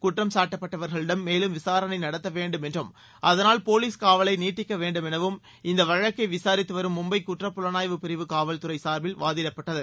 குற்றம் சாட்டப்பட்டவர்களிடம் மேலும் விசாரணை நடத்த வேண்டும் என்றும் அதனால் போலீஸ் காவலை நீட்டிக்க வேண்டும் எனவும் இந்த வழக்கை விசாரித்து வரும் மும்பை குற்றப்புலனாய்வு பிரிவு காவல்துறை சார்பில் வாதிடப்பட்டது